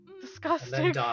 disgusting